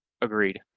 agreed